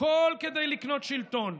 הכול כדי לקנות שלטון.